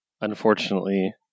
unfortunately